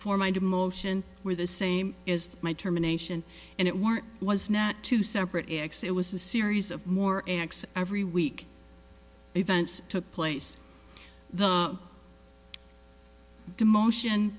for my demotion were the same as my terminations and it were was not two separate acts it was a series of more acts every week events took place the demotion